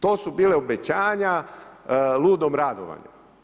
To su bila obećanja ludom radovanja.